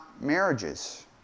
marriages